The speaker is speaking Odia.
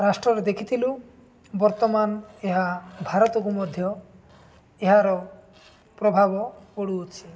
ରାଷ୍ଟ୍ରରେ ଦେଖିଥିଲୁ ବର୍ତ୍ତମାନ ଏହା ଭାରତକୁ ମଧ୍ୟ ଏହାର ପ୍ରଭାବ ପଡ଼ୁଅଛି